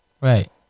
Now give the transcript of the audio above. right